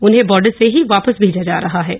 उन्हें बॉर्डर से ही वापस भेजा जा रहा हा